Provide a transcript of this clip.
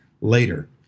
later